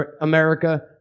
America